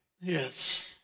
yes